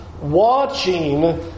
watching